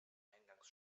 eingangs